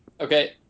Okay